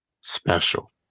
special